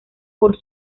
por